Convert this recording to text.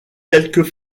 quelques